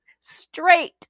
straight